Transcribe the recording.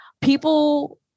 people